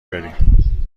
بریم